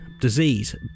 disease